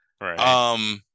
Right